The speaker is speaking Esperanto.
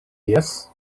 jes